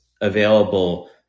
available